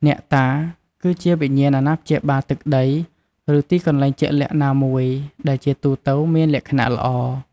អ្នកតា គឺជាវិញ្ញាណអាណាព្យាបាលទឹកដី ឬទីកន្លែងជាក់លាក់ណាមួយ ដែលជាទូទៅមានលក្ខណៈល្អ។